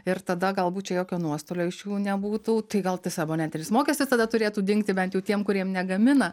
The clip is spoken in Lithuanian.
ir tada galbūt čia jokio nuostolio iš jų nebūtų tai gal tas abonentinis mokestis tada turėtų dingti bent tiem kuriem negamina